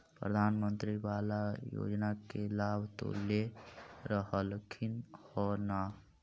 प्रधानमंत्री बाला योजना के लाभ तो ले रहल्खिन ह न?